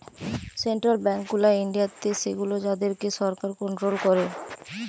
central bank গুলা ইন্ডিয়াতে সেগুলো যাদের কে সরকার কন্ট্রোল করে